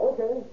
Okay